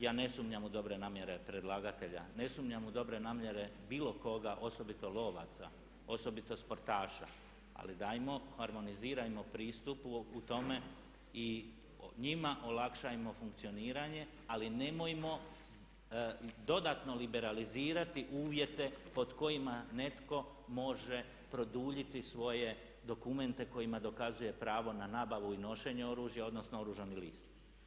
Ja ne sumnjam u dobre namjere predlagatelja, ne sumnjam u dobre namjere bilo koga, osobito lovaca, osobito sportaša, ali dajmo, harmonizirajmo pristup u tome i njima olakšajmo funkcioniranje ali nemojmo dodatno liberalizirati uvjete pod kojima netko može produljiti svoje dokumente kojima dokazuje pravo na nabavu i nošenje oružja odnosno oružani list.